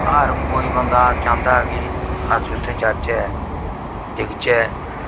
हर कोई बंदा चाहन्दा कि अस उत्थै जाह्चै दिखचै